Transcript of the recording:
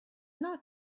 not